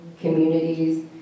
communities